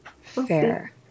Fair